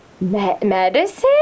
medicine